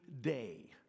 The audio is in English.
day